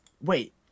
wait